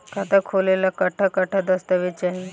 खाता खोले ला कट्ठा कट्ठा दस्तावेज चाहीं?